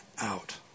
out